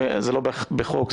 זה לא חוק,